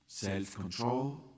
self-control